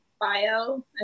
bio